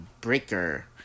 Breaker